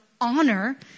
honor